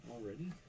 Already